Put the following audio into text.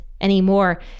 anymore